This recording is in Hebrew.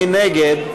מי נגד?